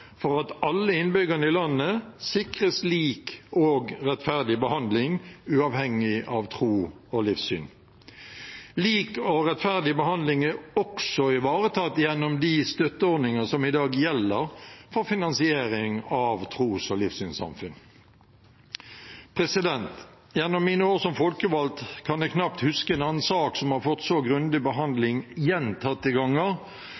for at alle innbyggerne i landet sikres lik og rettferdig behandling, uavhengig av tro og livssyn. Lik og rettferdig behandling er også ivaretatt gjennom de støtteordninger som i dag gjelder for finansiering av tros- og livssynssamfunn. Gjennom mine år som folkevalgt kan jeg knapt huske en annen sak som har fått så grundig behandling gjentatte ganger,